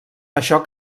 això